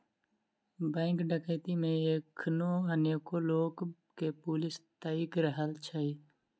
bank डकैती मे एखनो अनेको लोक के पुलिस ताइक रहल अछि